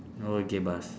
okay boss